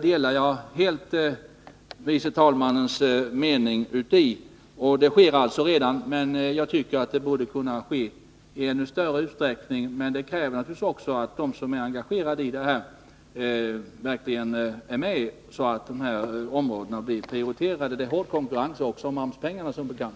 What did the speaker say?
delar helt tredje vice talmannens uppfattning att det behöver göras insatser. Det görs redan insatser, men jag tycker att det borde kunna göras ännu större sådana. Detta kräver naturligtvis att de som engagerat sig verkligen håller sig framme, så att det här området prioriteras. Det är som bekant också en hård konkurrens om pengarna.